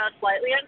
slightly